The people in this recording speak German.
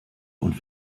und